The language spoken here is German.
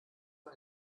für